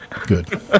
good